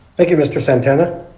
thank you mr. santana?